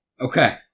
Okay